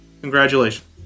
Congratulations